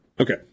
okay